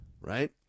right